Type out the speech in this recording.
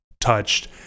touched